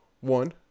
one